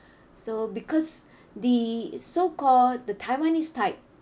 so because the so called the taiwanese type